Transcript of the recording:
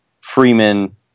Freeman